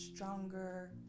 Stronger